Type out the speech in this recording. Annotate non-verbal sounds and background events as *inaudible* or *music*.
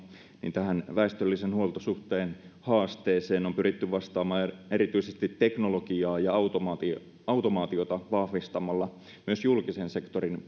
tähän väestöllisen huoltosuhteen haasteeseen on pyritty vastaamaan erityisesti teknologiaa ja automaatiota automaatiota vahvistamalla myös julkisen sektorin *unintelligible*